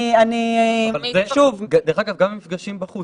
התקנות אומרות את זה בגלל שחזרה משמעותה חזרה של כיתה שלמה או חצי כיתה